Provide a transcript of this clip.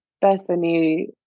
Bethany